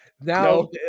Now